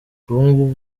ubungubu